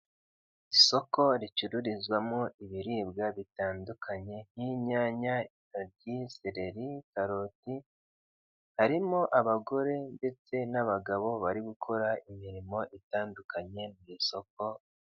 Isoko ricururizwamo ibiribwa bitandukanye nk'inyanya, intoryi, sereri, karoti harimo abagore ndetse n'abagabo bari gukora imirimo itandukanye mu isoko.